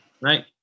Right